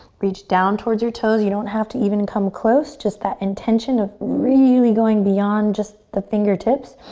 reach down towards your toes. you don't have to even come close. just that intention of really going beyond just the fingertips.